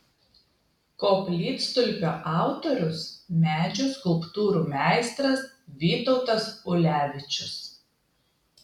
koplytstulpio autorius medžio skulptūrų meistras vytautas ulevičius